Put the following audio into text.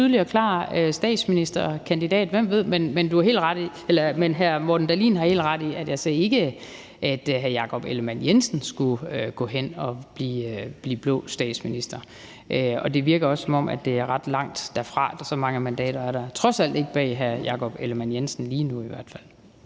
er en tydelig og klar statsministerkandidat – hvem ved? Men hr. Morten Dahlin har helt ret i, at jeg ikke ser, at hr. Jakob Ellemann-Jensen skulle gå hen og blive blå statsminister. Og det virker også, som om det er ret langt derfra. Så mange mandater er der trods alt ikke bag hr. Jakob Ellemann-Jensen, ikke lige nu